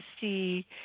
see